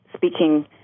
speaking